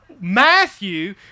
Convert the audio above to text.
Matthew